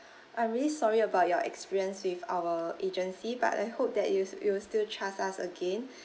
I'm really sorry about your experience with our agency but I hope that you s~ you will still trust us again